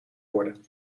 worden